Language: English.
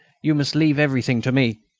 you must leave everything to me.